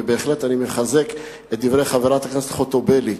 ואני בהחלט מחזק את דברי חברת הכנסת חוטובלי,